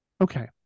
Okay